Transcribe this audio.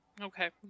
Okay